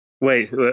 Wait